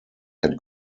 had